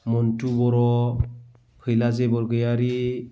मन्थु बर' फैला जे बरगयारी